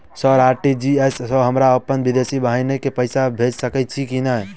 Sir RTGS सँ हम अप्पन विदेशी बहिन केँ पैसा भेजि सकै छियै की नै?